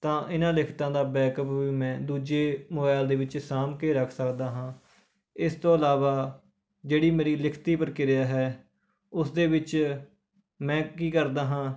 ਤਾਂ ਇਹਨਾਂ ਲਿਖਤਾਂ ਦਾ ਬੈਕਅੱਪ ਵੀ ਮੈਂ ਦੂਜੇ ਮੋਬਾਇਲ ਦੇ ਵਿੱਚ ਸਾਂਭ ਕੇ ਰੱਖ ਸਕਦਾ ਹਾਂ ਇਸ ਤੋਂ ਇਲਾਵਾ ਜਿਹੜੀ ਮੇਰੀ ਲਿਖਤੀ ਪ੍ਰਕਿਰਿਆ ਹੈ ਉਸ ਦੇ ਵਿੱਚ ਮੈਂ ਕੀ ਕਰਦਾ ਹਾਂ